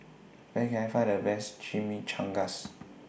Where Can I Find The Best Chimichangas